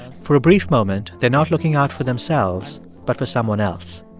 for a brief moment, they're not looking out for themselves but for someone else.